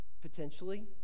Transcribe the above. potentially